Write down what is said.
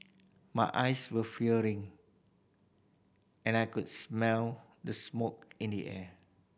my eyes were fearing and I could smell the smoke in the air